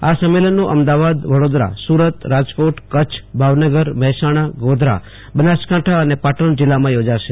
આ સંમેલનો અમદાવાદ વડોદરા સુરત રાજકોટ કચ્છ ભાવનગર મહેસાણા ગોધરા બનાસકાંઠા અને પાટણ જિલ્લામાં યોજાશે